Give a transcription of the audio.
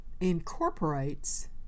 incorporates